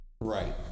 right